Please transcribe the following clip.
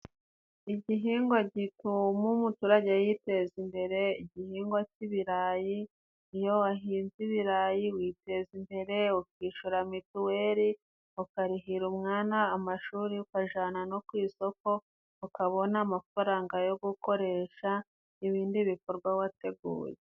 Igihingwa gitomu umuturage yiteza imbere, igihingwa cy'ibirayi, iyo wahinze ibirayi witeza imbere, ukishura mituweli, ukarihira umwana amashuri, ukajana no ku isoko ukabona amafaranga yo gukoresha ibindi bikorwa wateguye.